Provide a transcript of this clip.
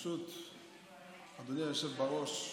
ברשות אדוני היושב בראש,